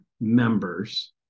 members